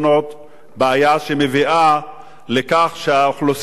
בעיה שמביאה לכך שהאוכלוסייה הדרוזית,